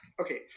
okay